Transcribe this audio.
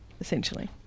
essentially